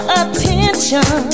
attention